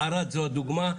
ערד זו הדוגמה.